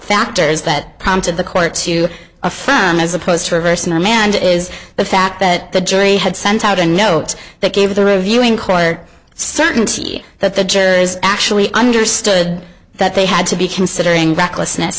factors that prompted the court to affirm as opposed to reversing amanda is the fact that the jury had sent out a note that came the reviewing court certainty that the judge actually understood that they had to be considering recklessness